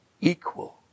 equal